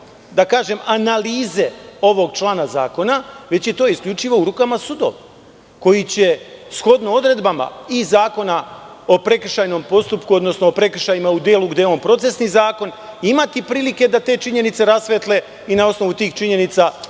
da kažem, analize ovog člana zakona, već je to isključivo u rukama sudova, koji će shodno odredbama i Zakona o prekršajnom postupku, odnosno o prekršajima u delu gde je on procesni zakon, imati prilike da te činjenice rasvetle i na osnovu tih činjenica